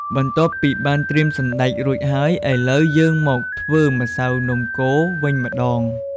បន្ទាប់ពីបានត្រៀមសណ្ដែករួចហើយ ឥឡូវ យើងមកធ្វើម្សៅនំកូរវិញម្ដង។